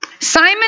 Simon